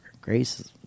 grace